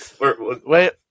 Wait